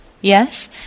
Yes